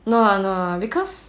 no lah no lah because